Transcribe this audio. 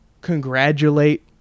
congratulate